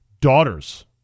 daughter's